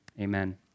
Amen